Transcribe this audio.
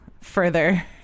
further